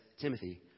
Timothy